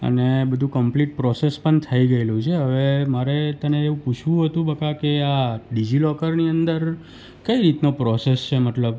અને બધું complete process પણ થઈ ગયેલું છે હવે મારે તને એવું હતું બકા કે આ ડિજીલોકરની અંદર કઈ રીતનો પ્રોસેસ છે મતલબ